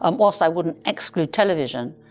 um whilst i wouldn't exclude television,